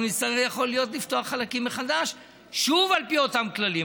יכול להיות שנצטרך לפתוח חלקים מחדש שוב על פי אותם כללים.